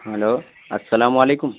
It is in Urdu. ہیلو السلام علیکم